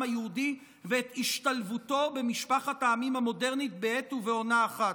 היהודי ואת השתלבותו במשפחת העמים המודרנית בעת ובעונה אחת.